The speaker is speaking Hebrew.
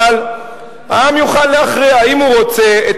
אבל העם יוכל להכריע האם הוא רוצה את